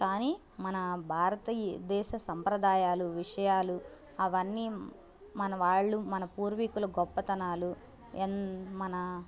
కానీ మన భారతదేశ సాంప్రదాయాలు విషయాలు అవి అన్నీ మన వాళ్ళు మన పూర్వీకులు గొప్పతనాలు ఎన్ మన